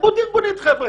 תרבות ארגונית חברים.